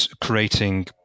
creating